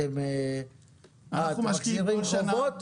אתם מחזירים חובות?